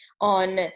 on